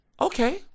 Okay